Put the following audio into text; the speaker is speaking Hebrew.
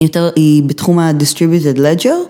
יותר היא בתחום ה-distributed ledger.